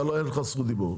החוק.